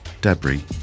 Debris